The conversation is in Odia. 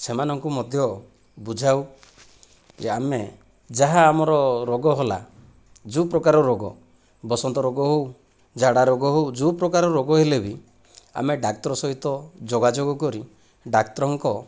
ସେମାନଙ୍କୁ ମଧ୍ୟ ବୁଝାଉ ଯେ ଆମେ ଯାହା ଆମର ରୋଗ ହେଲା ଯେଉଁ ପ୍ରକାର ରୋଗ ବସନ୍ତ ରୋଗ ହେଉ ଝାଡ଼ା ରୋଗ ହେଉ ଯେଉଁ ପ୍ରକାର ରୋଗ ହେଲେ ବି ଆମେ ଡାକ୍ତର ସହିତ ଯୋଗାଯୋଗ କରି ଡାକ୍ତରଙ୍କ